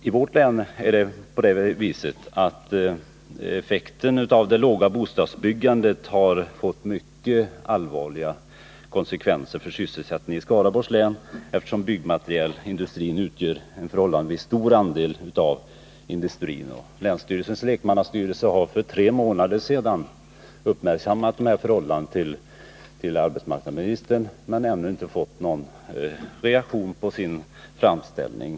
I Skaraborgs län har det låga bostadsbyggandet fått mycket allvarliga konsekvenser för sysselsättningen, eftersom byggmaterialindustrin utgör en förhållandevis stor andel av industrin. Länsstyrelsens lekmannastyrelse har för tre månader sedan försökt fästa arbetsmarknadsministerns uppmärksamhet på det förhållandet, men har ännu inte fått någon reaktion på sin framställning.